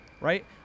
Right